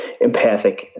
empathic